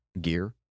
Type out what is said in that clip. gear